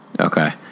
okay